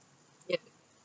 yup